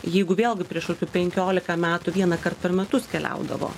jeigu vėlgi prieš kokius penkiolika metų vienąkart per metus keliaudavo